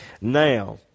Now